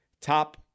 top